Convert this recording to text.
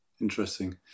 Interesting